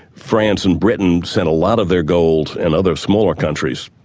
france and britain sent a lot of their gold, and other smaller countries,